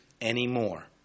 anymore